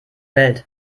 welt